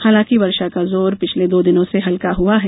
हालांकि वर्षा का जोर पिछले दो दिनों से हल्का हुआ है